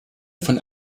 von